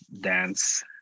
dance